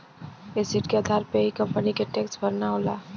asset के आधार पे ही कंपनी के टैक्स भरना होला